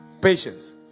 Patience